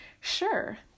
Sure